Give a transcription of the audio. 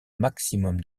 maximum